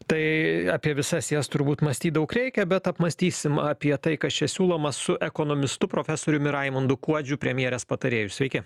tai apie visas jas turbūt mąstyt daug reikia bet apmąstysim apie tai kas čia siūloma su ekonomistu profesoriumi raimundu kuodžiu premjerės patarėju sveiki